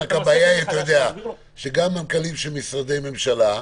גם מנכ"לים של משרדי ממשלה,